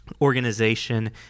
organization